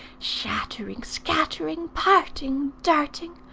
shattering, scattering, parting, darting,